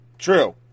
true